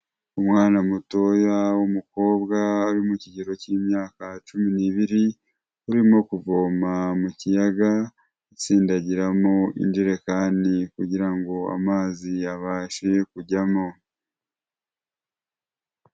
Umwana mutoya w'umukobwa uri mu kigero cy'imyaka cumi n'ibiri, urimo kuvoma mu kiyaga atsindagiramo injirekani kugira ngo amazi abashe kujyamo.